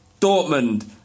Dortmund